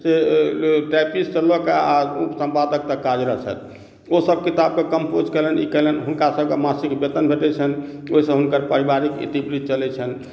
से typist सॅं लऽ कऽ आ सम्पादक तक कार्यरत छथि ओ सभ किताबके कम्पोज कयलनि हुनका सभकेँ मासिक वेतन भेटै छनि ओहिसँ हुनकर पारिवारिक वृति चलै छनि